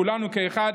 כולנו כאחד,